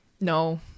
no